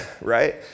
right